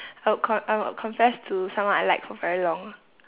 I would con~ I would confess to someone I like for very long